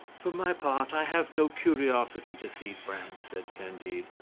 for my part, i have no curiosity to see france, said candide.